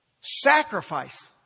sacrifice